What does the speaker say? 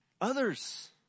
others